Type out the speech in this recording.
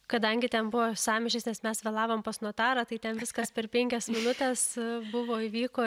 kadangi ten buvo sąmyšis nes mes vėlavome pas notarą tai ten viskas per penkias minutes buvo įvyko